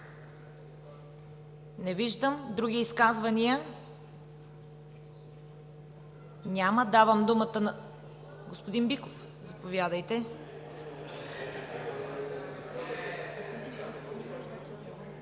Не виждам. Други изказвания? Няма. Давам думата на господин Биков. Заповядайте.